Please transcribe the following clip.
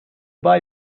buy